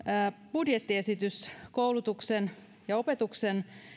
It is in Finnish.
budjettiesitys koulutuksen ja opetuksen